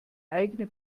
eigene